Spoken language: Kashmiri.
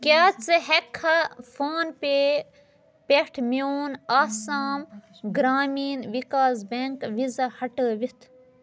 کیٛاہ ژٕ ہٮ۪کھا فون پے پٮ۪ٹھ میون آسام گرٛامیٖن وِکاس بیٚنٛک ویٖزا ہٹٲوِتھ ؟